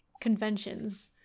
conventions